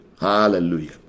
Hallelujah